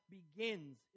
begins